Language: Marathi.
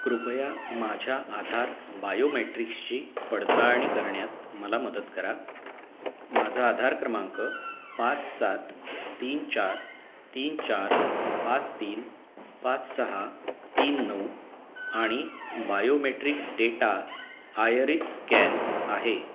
कृपया माझ्या आधार बायोमेट्रिक्सची पडताळणी करण्यात मला मदत करा माझा आधार क्रमांक पाच सात तीन चार तीन चार पाच तीन पाच सहा तीन नऊ आणि बायोमेट्रिक डेटा आयअरिस स्कॅन आहे